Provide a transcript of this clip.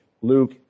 Luke